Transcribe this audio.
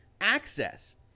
access